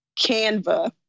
Canva